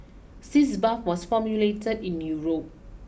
Sitz Bath was formulated in Europe